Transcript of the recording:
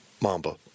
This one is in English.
Mamba